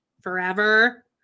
forever